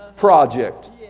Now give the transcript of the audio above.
project